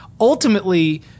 ultimately –